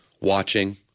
watching